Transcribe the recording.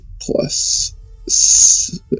plus